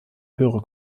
höhere